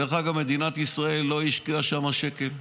דרך אגב, מדינת ישראל לא השקיעה שם שקל.